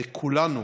הרי כולנו